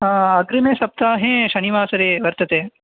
अग्रिमे सप्ताहे शनिवासरे वर्तते